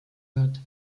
wird